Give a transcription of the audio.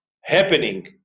happening